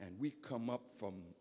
and we come up from